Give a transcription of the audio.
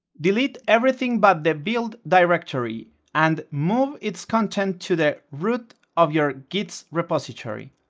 delete everything but the build directory and move its contents to the root of your git's repository,